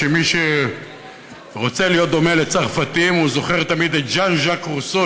שמי שרוצה להיות דומה לצרפתים זוכר תמיד את ז'אן ז'אק רוסו,